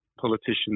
politicians